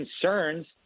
concerns